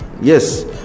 Yes